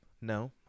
no